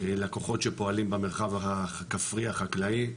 לכוחות הפועלים במרחב הכפרי, החקלאי,